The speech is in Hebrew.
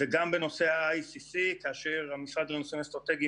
וגם בנושא ה-ICC כאשר המשרד לנושאים אסטרטגיים